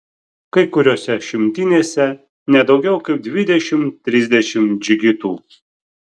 kai kuriose šimtinėse ne daugiau kaip dvidešimt trisdešimt džigitų